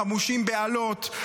חמושים באלות,